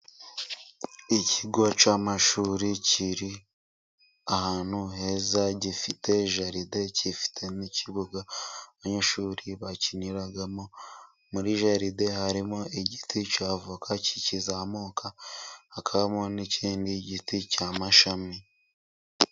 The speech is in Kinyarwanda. Ikigo cy'amashuri kiri ahantu heza gifite jaride, gifite n'ikibuga abanyeshuri bakiniramo muri jaride harimo igiti cya avoka kikizamuka hakabamo n'ikindi giti cy'amashami.